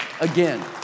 again